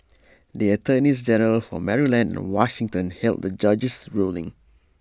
the attorneys general for Maryland and Washington hailed the judge's ruling